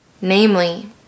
namely